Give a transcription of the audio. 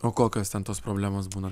o kokios ten tos problemos būna